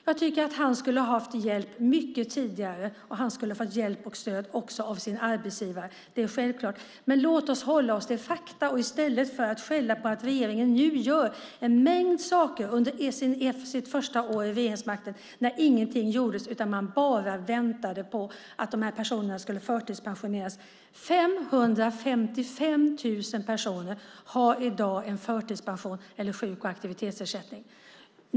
Jag tycker att han skulle ha haft hjälp mycket tidigare, och han skulle ha fått stöd och hjälp också av sin arbetsgivare. Det är självklart. Låt oss hålla oss till fakta och inte skälla på regeringen som nu gör en mängd saker under sitt första år vid regeringsmakten. Ingenting gjordes innan, utan man bara väntade på att de här personerna skulle förtidspensioneras. 555 000 personer har i dag en förtidspension eller sjuk och aktivitetsersättning.